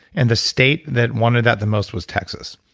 and the state that wanted that the most was texas.